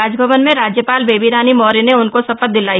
राजभवन में राज्यपाल बेबी रानी मौर्य ने उनको शपथ दिलाई